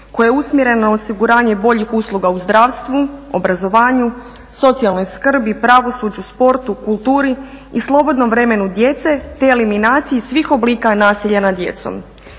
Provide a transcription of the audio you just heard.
koje je usmjereno osiguranju boljih usluga u zdravstvu, obrazovanju, socijalnoj skrbi, pravosuđu, sportu, kulturi i slobodnom vremenu djece, te eliminaciji svih oblika nasilja nad djecom.